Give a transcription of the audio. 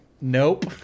Nope